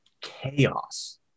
chaos